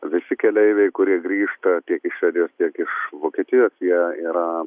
visi keleiviai kurie grįžta tiek iš švedijos tiek iš vokietijos jie yra